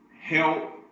help